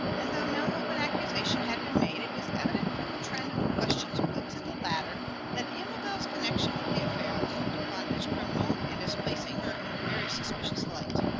and though no open accusation had been made, it was evident from the trend of the questions put to the latter that amabel's connection with the affair was looked upon as criminal and as placing her in a very suspicious light.